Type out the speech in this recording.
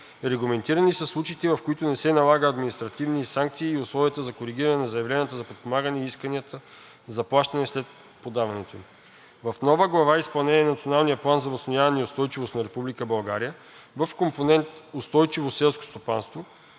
Регламентирани са случаите, в които не се налагат административни санкции и условията за коригиране на заявленията за подпомагане и исканията за плащане след подаването им. В новата глава „Изпълнение на Националния план за възстановяване и устойчивост на Република България“ в компонент „Устойчиво селско стопанство“